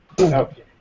Okay